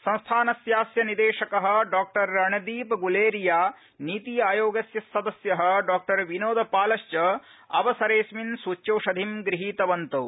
संस्थानस्यास्य निदेशक डॉ रणदीप गुलेरिया नीति आयोगस्य सदस्य डॉ विनोद पालश्च अवसरेदस्मिन् सूच्यौषधिं गृहीतवन्तौ